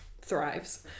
thrives